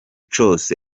cose